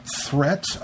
threat